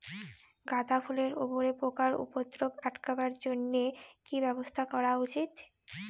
গাঁদা ফুলের উপরে পোকার উপদ্রব আটকেবার জইন্যে কি ব্যবস্থা নেওয়া উচিৎ?